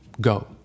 go